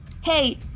Hey